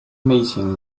meeting